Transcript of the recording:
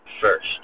first